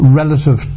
relative